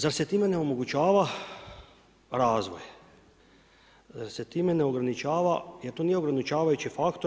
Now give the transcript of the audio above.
Zar se time ne omogućava razvoj, zar se time ne ograničava jer to nije ograničavajući faktor.